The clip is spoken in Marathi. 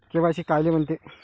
के.वाय.सी कायले म्हनते?